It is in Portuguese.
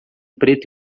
preto